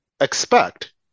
expect